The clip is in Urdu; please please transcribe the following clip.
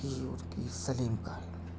کی اس کی سلیم کا ہے